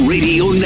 Radio